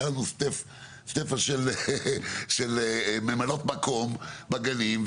לנו מאגר של ממלאות מקום בגני הילדים.